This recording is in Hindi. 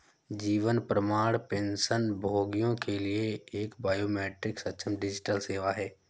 जीवन प्रमाण पेंशनभोगियों के लिए एक बायोमेट्रिक सक्षम डिजिटल सेवा है